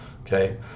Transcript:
okay